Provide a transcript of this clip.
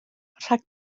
rhag